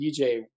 DJ